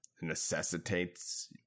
necessitates